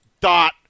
Dot